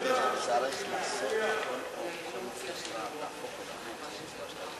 תהיה מקובלת עלי.